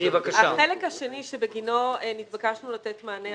החלק השני שבגינו נתבקשנו לתת מענה,